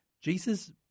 Jesus